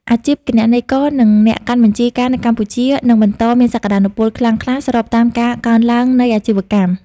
អាជីពគណនេយ្យករ និងអ្នកកាន់បញ្ជីការនៅកម្ពុជា នឹងបន្តមានសក្តានុពលខ្លាំងក្លាស្របតាមការកើនឡើងនៃអាជីវកម្ម។